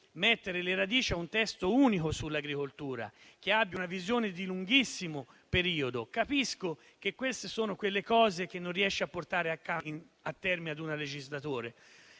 mettere le radici a un testo unico sull'agricoltura, che abbia una visione di lunghissimo periodo. Capisco che queste sono quelle cose che non si riesce a portare a termine in una legislatura,